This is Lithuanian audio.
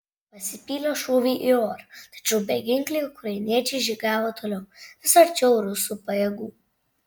pasipylė šūviai į orą tačiau beginkliai ukrainiečiai žygiavo toliau vis arčiau rusų pajėgų